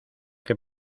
que